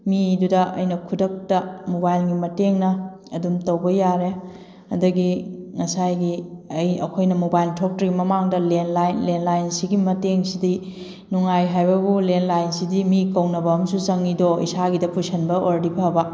ꯃꯤꯗꯨꯗ ꯑꯩꯅ ꯈꯨꯗꯛꯇ ꯃꯣꯕꯥꯏꯜꯒꯤ ꯃꯇꯦꯡꯅ ꯑꯗꯨꯝ ꯇꯧꯕ ꯌꯥꯔꯦ ꯑꯗꯒꯤ ꯉꯁꯥꯏꯒꯤ ꯑꯩ ꯑꯩꯈꯣꯏꯅ ꯃꯣꯕꯥꯏꯜ ꯊꯣꯛꯇ꯭ꯔꯤꯉꯩ ꯃꯃꯥꯡꯗ ꯂꯦꯟꯂꯥꯏꯟ ꯂꯦꯟꯂꯥꯏꯟꯁꯤꯒꯤ ꯃꯇꯦꯡꯁꯤꯗꯤ ꯅꯨꯡꯉꯥꯏ ꯍꯥꯏꯕꯕꯨ ꯂꯦꯟꯂꯥꯏꯟꯁꯤꯗꯤ ꯃꯤ ꯀꯧꯅꯕ ꯑꯃꯁꯨ ꯆꯪꯉꯤꯗꯣ ꯏꯁꯥꯒꯤꯗ ꯄꯨꯁꯟꯕ ꯑꯣꯏꯔꯗꯤ ꯐꯕ